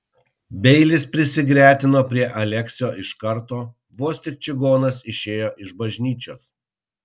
beilis prisigretino prie aleksio iš karto vos tik čigonas išėjo iš bažnyčios